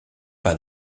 pas